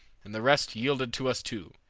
and the rest yielded to us two.